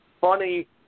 funny